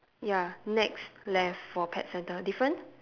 ya next left for pet centre different